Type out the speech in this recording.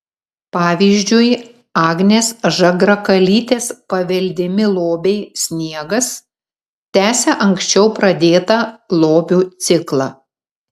pavyzdžiui agnės žagrakalytės paveldimi lobiai sniegas tęsia anksčiau pradėtą lobių ciklą